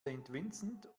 vincent